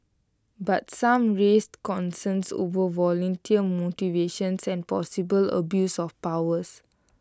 but some raised concerns over volunteer motivations and possible abuse of powers